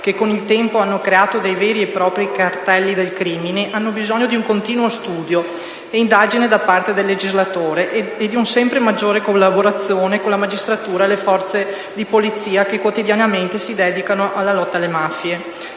che con il tempo hanno creato dei veri e propri cartelli del crimine - hanno bisogno di un continuo studio e indagine da parte del legislatore e di una sempre maggiore collaborazione con la magistratura e le forze di polizia che quotidianamente si dedicano alla lotta alle mafie.